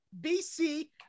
BC